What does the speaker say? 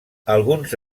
alguns